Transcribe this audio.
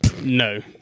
No